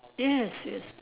yes yes